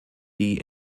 die